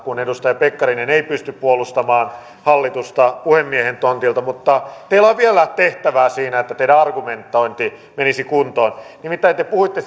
kun edustaja pekkarinen ei pysty puolustamaan hallitusta puhemiehen tontilta mutta teillä on vielä tehtävää siinä että teidän argumentointinne menisi kuntoon nimittäin te puhuitte